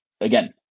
Again